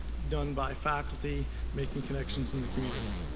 done by faculty making connections in the community.